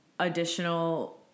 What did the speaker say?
additional